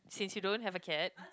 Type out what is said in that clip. since you don't have a cat